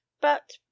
But